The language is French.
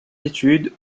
études